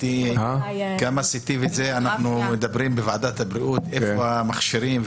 כמה אנחנו מדברים בוועדת הבריאות על איפה המכשירים,